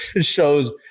shows